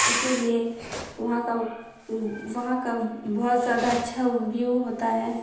اسی لیے وہاں کا وہاں کا بہت زیادہ اچھا ویو ہوتا ہے